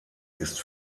ist